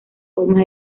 formas